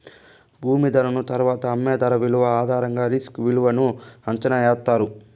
భూమి ధరను తరువాత అమ్మే ధర విలువ ఆధారంగా రిస్క్ విలువను అంచనా ఎత్తారు